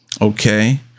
Okay